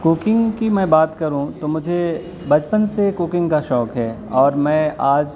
cooking کی میں بات کروں تو مجھے بچپن سے کوکنگ کا شوق ہے اور میں آج